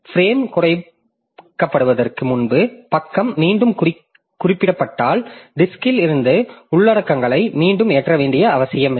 frame குறைக்கப்படுவதற்கு முன்பு பக்கம் மீண்டும் குறிப்பிடப்பட்டால் டிஸ்க்ல் இருந்து உள்ளடக்கங்களை மீண்டும் ஏற்ற வேண்டிய அவசியமில்லை